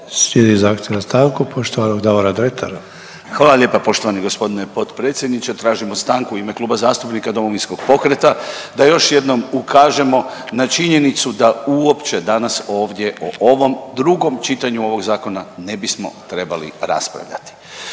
Slijedi zahtjev za stanku poštovanog Davora Dretara. **Dretar, Davor (DP)** Hvala lijepa poštovani g. potpredsjedniče. Tražimo stanku u ime Kluba zastupnika Domovinskog pokreta da još jednom ukažemo na činjenicu da uopće danas ovdje o ovom drugom čitanju ovog zakona ne bismo trebali raspravljati.